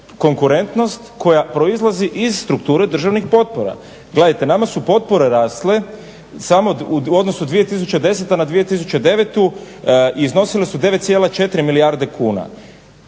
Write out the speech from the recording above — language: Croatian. konkurentnost koja proizlazi iz strukture državni potpora. Gledajte, nama su potpore rasle samo u odnosu 2010. na 2009. iznosile su 9,4 milijarde kuna.